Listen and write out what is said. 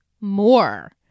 more